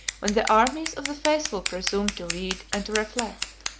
when the armies of the faithful presumed to read and to reflect.